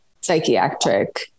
psychiatric